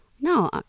No